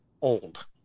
old